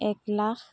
এক লাখ